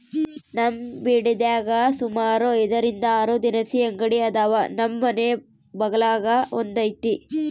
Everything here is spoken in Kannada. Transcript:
ನಮ್ ಬಿಡದ್ಯಾಗ ಸುಮಾರು ಐದರಿಂದ ಆರು ದಿನಸಿ ಅಂಗಡಿ ಅದಾವ, ನಮ್ ಮನೆ ಬಗಲಾಗ ಒಂದೈತೆ